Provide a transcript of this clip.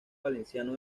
valenciano